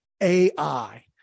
AI